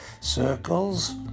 circles